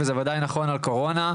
וזה ודאי נכון על קורונה.